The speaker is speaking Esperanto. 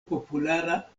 populara